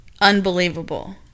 unbelievable